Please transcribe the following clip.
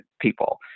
people